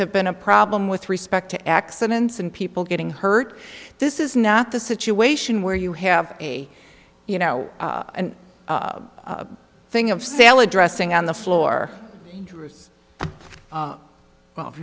have been a problem with respect to accidents and people getting hurt this is not the situation where you have a you know thing of salad dressing on the floor well